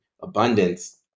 abundance